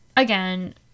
Again